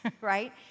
Right